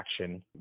action